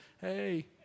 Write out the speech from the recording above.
hey